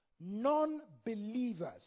Non-believers